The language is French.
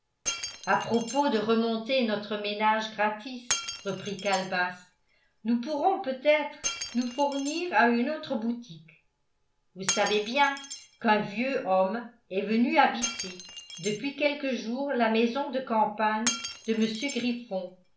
à propos de remonter notre ménage gratis reprit calebasse nous pourrons peut-être nous fournir à une autre boutique vous savez bien qu'un vieux homme est venu habiter depuis quelques jours la maison de campagne de m griffon